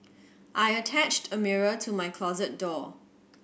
I attached a mirror to my closet door